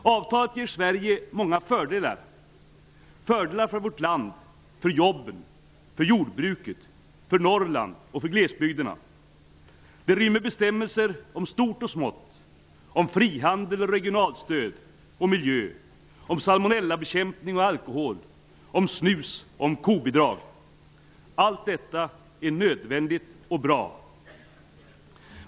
Avtalet ger Sverige många fördelar -- fördelar för jobben, jordbruket, Norrland och glesbygderna. Det rymmer bestämmelser om stort och smått, om frihandel, regionalstöd, miljö, salmonellabekämpning, alkohol, snus och kobidrag. Allt detta är nödvändigt och bra.